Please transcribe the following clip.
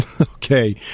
Okay